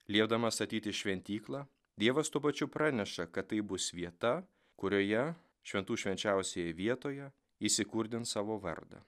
liepdamas statyti šventyklą dievas tuo pačiu praneša kad tai bus vieta kurioje šventų švenčiausioje vietoje įsikurdins savo vardą